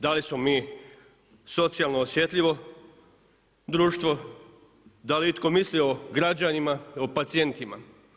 Da li smo mi socijalno osjetljivo društvo, da li itko misli o građanima, o pacijentima.